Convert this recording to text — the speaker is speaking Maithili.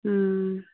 हूँ